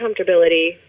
comfortability